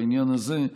בעניין הזה,